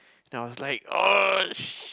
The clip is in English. and I was like sh~